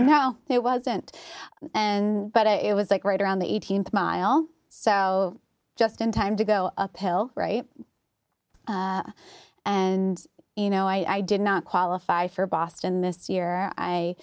no it wasn't and but it was like right around the th mile so just in time to go uphill right and you know i did not qualify for boston this year i